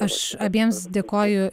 aš abiems dėkoju